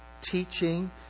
teaching